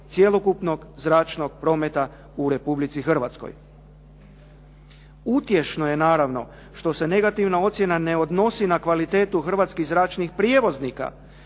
cjelokupnog zračnog prometa u Republici Hrvatskoj. Utješno je naravno što se negativna ocjena ne odnosi na kvalitetu hrvatskih zračnih prijevoznika